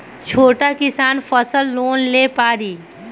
छोटा किसान फसल लोन ले पारी?